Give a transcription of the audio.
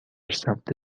سمت